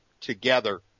together